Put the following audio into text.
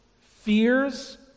fears